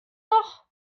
noch